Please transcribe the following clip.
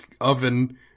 oven